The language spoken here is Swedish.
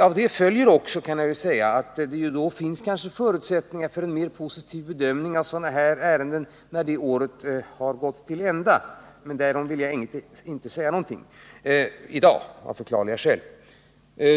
Av detta följer också att det kanske finns förutsättningar för en mer positiv bedömning av sådana här ärenden när det året har gått till ända — men därom vill jag av förklarliga skäl inte säga någonting i dag.